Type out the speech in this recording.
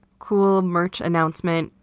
cool merch announcement.